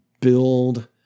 build